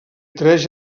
tres